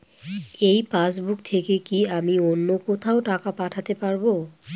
এই পাসবুক থেকে কি আমি অন্য কোথাও টাকা পাঠাতে পারব?